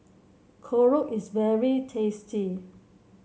korokke is very tasty